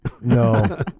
No